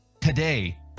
today